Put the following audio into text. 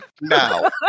Now